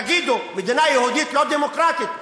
תגידו: מדינה יהודית לא דמוקרטית,